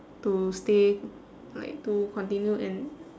to stay like to continue and